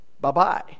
bye-bye